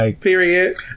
Period